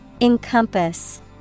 Encompass